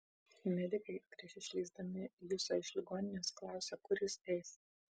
medikai prieš išleisdami jusą iš ligoninės klausė kur jis eis